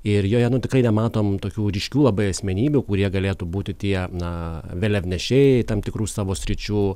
ir joje nu tikrai nematom tokių ryškių labai asmenybių kurie galėtų būti tie na vėliavnešiai tam tikrų savo sričių